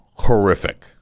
horrific